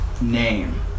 name